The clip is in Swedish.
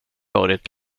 varit